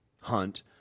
hunt